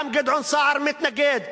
גם גדעון סער מתנגד,